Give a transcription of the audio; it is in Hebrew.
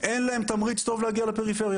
אין להם תמריץ טוב להגיע לפריפריה,